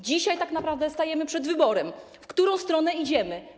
Dzisiaj tak naprawdę stajemy przed wyborem, w którą stronę idziemy.